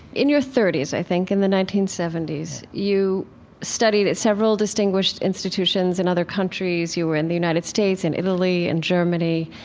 in your thirty s, i think, in the nineteen seventy s, you studied at several distinguished institutions in and other countries. you were in the united states, in italy, in germany.